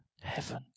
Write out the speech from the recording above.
heaven